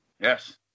Yes